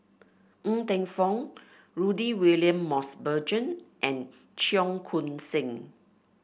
Ng Teng Fong Rudy William Mosbergen and Cheong Koon Seng